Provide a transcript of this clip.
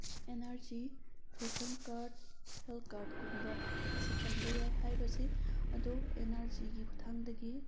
ꯅꯦꯟ R C ration card health card ꯀꯨꯝꯕꯁꯤ ꯄꯟꯕ ꯌꯥꯏ ꯍꯥꯏꯔꯤꯕꯁꯤ ꯑꯗꯣꯝ ꯑꯦꯟ ꯑꯥꯔ ꯁꯤ ꯒꯤ ꯈꯨꯊꯥꯡꯗꯒꯤ